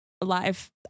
alive